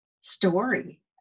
story